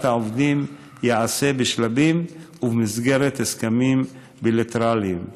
העובדים תיעשה בשלבים ובמסגרת הסכמים בילטרליים.